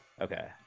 okay